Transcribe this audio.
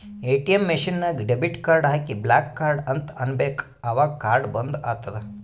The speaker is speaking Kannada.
ಎ.ಟಿ.ಎಮ್ ಮಷಿನ್ ನಾಗ್ ಡೆಬಿಟ್ ಕಾರ್ಡ್ ಹಾಕಿ ಬ್ಲಾಕ್ ಕಾರ್ಡ್ ಅಂತ್ ಅನ್ಬೇಕ ಅವಗ್ ಕಾರ್ಡ ಬಂದ್ ಆತ್ತುದ್